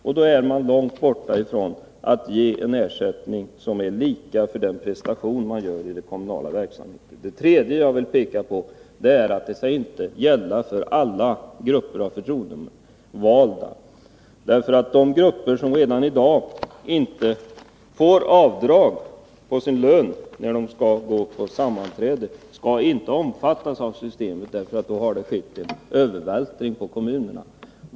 Då är man ganska långt borta från en ersättning som är lika för den prestation en människa gör i det kommunala arbetet. Det tredje som jag vill peka på är att de nya principerna inte skall gälla för alla grupper av förtroendevalda. De grupper som redan i dag inte får avdrag på sin lön när de skall gå på ett sammanträde skall inte omfattas av systemet, därför att det då sker en övervältring på kommunerna.